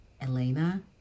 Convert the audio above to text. Elena